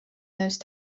those